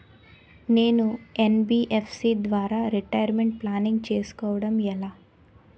నేను యన్.బి.ఎఫ్.సి ద్వారా retirement planning చేసుకోవడం ఎలా?